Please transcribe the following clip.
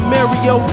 Mario